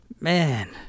Man